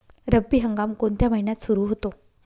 रब्बी हंगाम कोणत्या महिन्यात सुरु होतो?